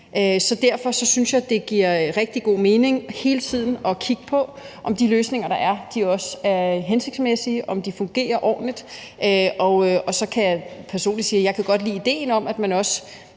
Så derfor synes jeg, det giver rigtig god mening hele tiden at kigge på, om de løsninger, der er, også er hensigtsmæssige, om de fungerer ordentligt. Og så kan jeg sige, at jeg personligt godt kan lide idéen om, at man også